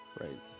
right